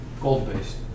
gold-based